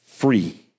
Free